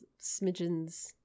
smidgens